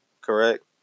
Correct